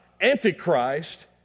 antichrist